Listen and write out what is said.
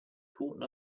caught